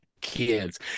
kids